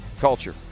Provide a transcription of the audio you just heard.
culture